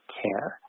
care